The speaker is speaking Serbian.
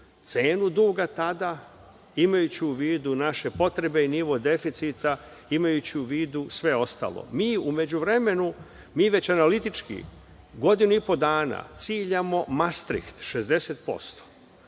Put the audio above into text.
cenu duga tada, imajući u vidu naše potrebe i nivo deficita, imajući u vidu sve ostalo.U međuvremenu mi već analitički godinu i po dana ciljamo Mastriht, 60%.